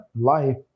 life